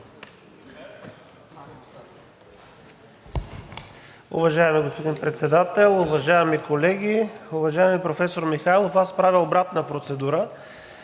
Уважаеми господин Председател, уважаеми колеги! Уважаеми професор Михайлов, аз правя обратна процедура.